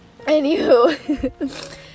anywho